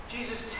Jesus